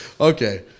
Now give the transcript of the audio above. Okay